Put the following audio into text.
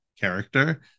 character